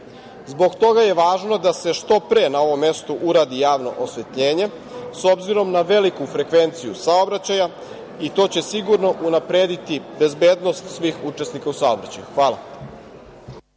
Zbog toga je važno da se što pre na ovom mestu uradi javno osvetljenje, s obzirom na veliku frekvenciju saobraćaja i to će sigurno unaprediti bezbednost svih učesnika u saobraćaju. Hvala.